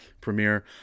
premiere